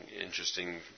interesting